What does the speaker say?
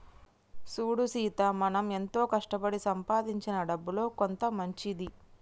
సూడు సీత మనం ఎంతో కష్టపడి సంపాదించిన డబ్బులో కొంత మంచిది